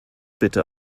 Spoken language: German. bitte